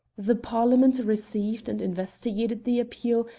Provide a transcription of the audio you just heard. the parliament received and investigated the appeal,